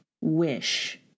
wish